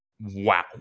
Wow